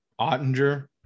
Ottinger